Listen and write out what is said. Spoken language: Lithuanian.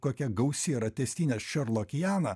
kokia gausi yra tęstinė šerlokijana